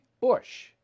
Bush